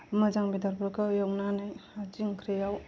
मोजां बेदरफोरखौ एवनानै नारजि ओंख्रियाव